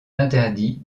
interdits